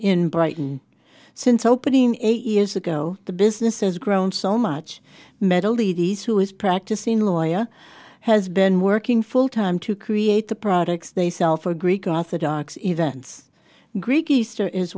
in brighton since opening eight years ago the business has grown so much metal leidy's who is practicing lawyer has been working full time to create the products they sell for greek orthodox events greek easter is